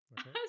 Okay